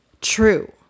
true